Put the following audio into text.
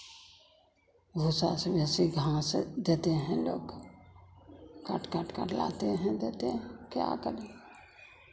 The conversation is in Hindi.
भूसा से बेसी घास देते हैं लोग काट काट कर लाते हैं देते हैं क्या करें